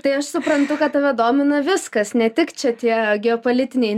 tai aš suprantu kad tave domina viskas ne tik čia tie geopolitiniai